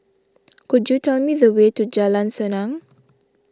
could you tell me the way to Jalan Senang